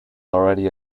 already